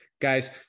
Guys